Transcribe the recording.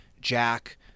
Jack